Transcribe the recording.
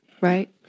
right